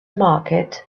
market